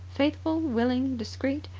faithful, willing, discreet,